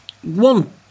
one